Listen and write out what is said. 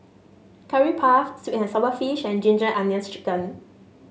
Curry Puff sweet and sour fish and Ginger Onions chicken